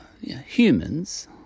humans